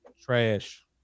Trash